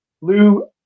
Lou